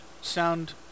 sound